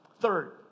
Third